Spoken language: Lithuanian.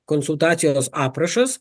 konsultacijos aprašas